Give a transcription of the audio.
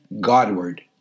Godward